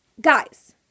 Guys